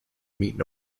meet